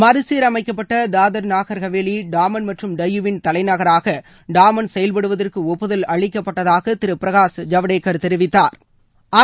மறுசீரமைக்கப்பட்ட தாத்ரா நாகர் ஹவேலி டாமன் மற்றும் டையு விள் தலைநகராக டாமன் செயல்படுவதற்கு ஒப்புதல் அளிக்கப்பட்டதாக திரு பிரகாஷ் ஜவ்டேக்கர் தெரிவித்தாா்